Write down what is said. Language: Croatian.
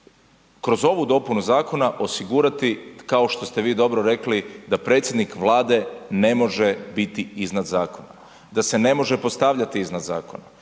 kroz ovu dopunu zakona osigurati, kao što ste vi dobro rekli, da predsjednik Vlade ne može biti iznad zakona, da se ne može postavljati iznad zakona,